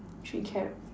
three carrots